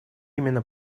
именно